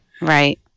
Right